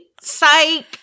psych